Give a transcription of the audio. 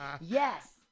Yes